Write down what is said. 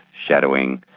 shadowing,